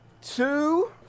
two